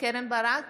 קרן ברק,